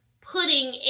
putting